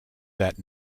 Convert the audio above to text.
that